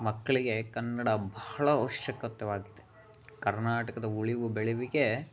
ಮಕ್ಕಳಿಗೆ ಕನ್ನಡ ಬಹಳ ಆವಶ್ಯಕತವಾಗಿದೆ ಕರ್ನಾಟಕದ ಉಳಿವು ಬೆಳೆವಿಗೆ